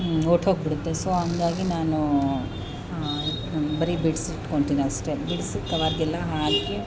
ಹೊರ್ಟೋಗ್ಬಿಡುತ್ತೆ so ಹಂಗಾಗಿ ನಾನು ಬರೀ ಬಿಡ್ಸಿಟ್ಕೊಳ್ತೀನಿ ಅಷ್ಟೆ ಬಿಡಿಸಿ ಕವರ್ಗೆಲ್ಲ ಹಾಕಿ